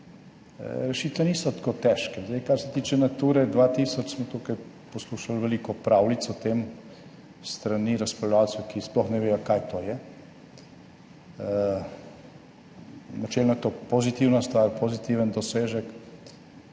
Rešitve niso tako težke. Kar se tiče Nature 2000 tisoč, smo tukaj poslušali veliko pravljic o tem s strani razpravljavcev, ki sploh ne vedo kaj to je. Načelno je to pozitivna stvar, pozitiven dosežek,